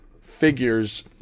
figures